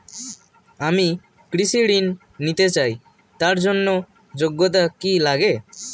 আমি কৃষি ঋণ নিতে চাই তার জন্য যোগ্যতা কি লাগে?